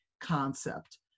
concept